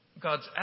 God's